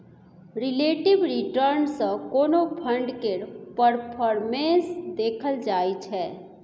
relative return सँ कोनो fund केर परफॉर्मेस देखल जाइ छै